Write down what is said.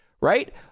right